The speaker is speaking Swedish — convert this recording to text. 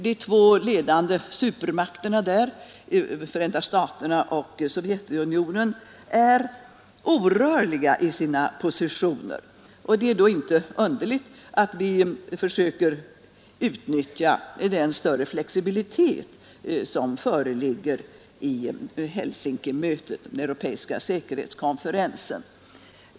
De två supermakterna som där är ledande, Förenta staterna och Sovjetunionen, är orörliga i sina positioner. Det är då inte underligt att vi försöker utnyttja den större flexibilitet som föreligger vid Helsinkimötet, den europeiska säkerhetskonferensen.